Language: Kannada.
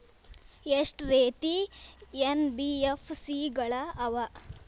ಎಷ್ಟ ರೇತಿ ಎನ್.ಬಿ.ಎಫ್.ಸಿ ಗಳ ಅವ?